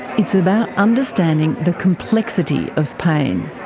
it's about understanding the complexity of pain.